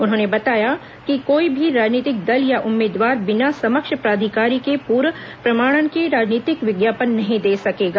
उन्होंने बताया कि कोई भी राजनीतिक दल या उम्मीदवार बिना सक्षम प्राधिकारी के पूर्व प्रमाणन के राजनीतिक विज्ञापन नहीं दे सकेगा